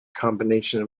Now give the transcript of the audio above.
combination